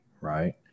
right